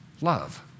love